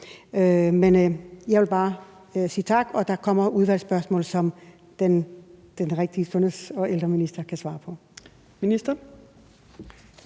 Men jeg vil bare sige tak og sige, at der kommer udvalgsspørgsmål, som den rigtige sundheds- og ældreminister kan svare på.